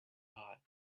hot